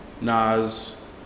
Nas